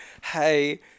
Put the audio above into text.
Hey